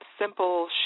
simple